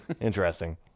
interesting